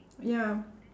ya